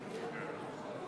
כזכור לכם,